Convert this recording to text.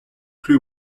plus